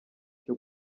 cyo